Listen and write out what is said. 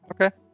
Okay